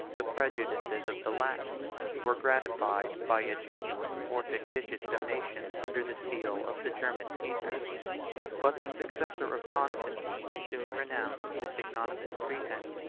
the prejudices of the latins were gratified by a genuine or fictitious donation under the seal of the german caesars but the successor of constantine soon renounced this ignominious pretence,